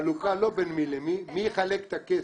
חלוקה לא בין מי למי, מי יחלק את הכסף.